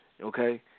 Okay